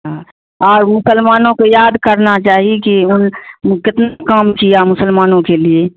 ہاں اور مسلمانوں کو یاد کرنا چاہیے کہ ان کتنے کام کیا مسلمانوں کے لیے